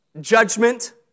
judgment